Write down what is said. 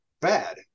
bad